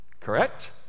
correct